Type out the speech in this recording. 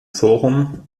forum